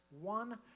one